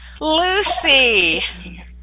Lucy